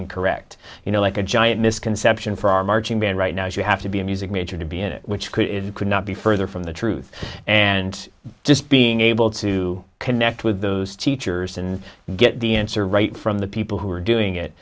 incorrect you know like a giant misconception for our marching band right now you have to be a music major to be in it which could if you could not be further from the truth and just being able to connect with those teachers and get the answer right from the people who are doing